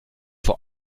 vor